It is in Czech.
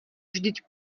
vždyť